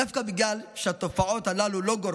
דווקא בגלל שהתופעות הללו לא גורפות,